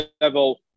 level